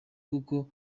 kuko